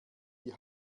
die